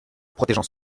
protégeant